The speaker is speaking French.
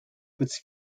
petits